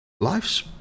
life's